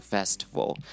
Festival